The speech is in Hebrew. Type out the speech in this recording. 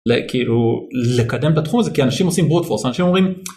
כאילו לקדם את התחום הזה כי אנשים עושים ברוט-פורס אנשים אומרים.